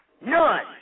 none